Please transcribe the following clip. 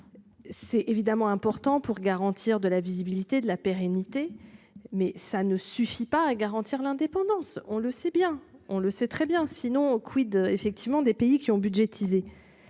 C'est évidemment important pour garantir de la visibilité de la pérennité. Mais ça ne suffit pas à garantir l'indépendance, on le sait bien, on le sait très bien, sinon, quid, effectivement des pays qui ont budgétiser.